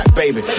baby